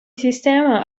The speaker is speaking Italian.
sistema